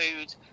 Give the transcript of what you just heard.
food